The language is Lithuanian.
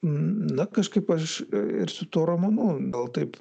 na kažkaip aš ir su tuo ramumu gal taip